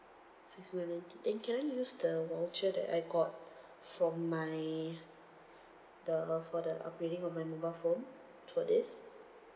sixty nine ninety then can I use the voucher that I got from my the for the upgrading on my mobile phone for this